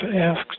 asked